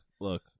look